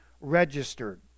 registered